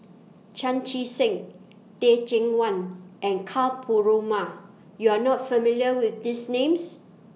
Chan Chee Seng Teh Cheang Wan and Ka Perumal YOU Are not familiar with These Names